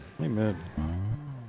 amen